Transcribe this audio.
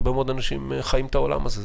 הרבה מאוד אנשים חיים את העולם הזה.